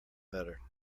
better